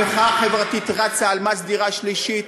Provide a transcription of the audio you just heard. המחאה החברתית רצה על מס דירה שלישית,